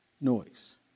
noise